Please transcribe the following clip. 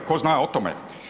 Tko zna o tome?